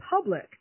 public